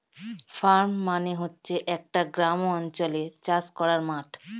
farm মানে হচ্ছে একটা গ্রামাঞ্চলে চাষ করার মাঠ